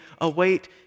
await